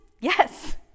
Yes